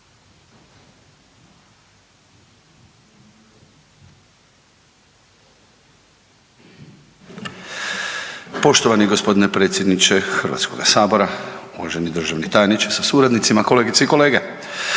Poštovani gospodine predsjedniče Hrvatskog sabora, uvaženi državni tajniče sa suradnicima, kolegice i kolege,